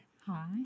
Hi